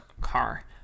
Car